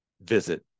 visit